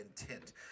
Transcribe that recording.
intent